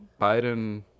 Biden